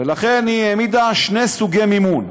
ולכן היא העמידה שני סוגי מימון: